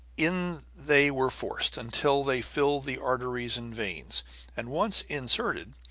in they were forced, until they filled the arteries and veins and once inserted,